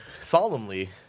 Solemnly